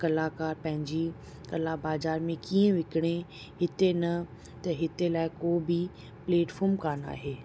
कलाकारु पंहिंजी कला बाज़ारि में कीअं विकिणे हिते न त हिते लाइ को बि प्लेटफोम कान आहे